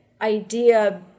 idea